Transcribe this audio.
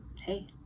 hey